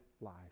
life